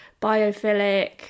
biophilic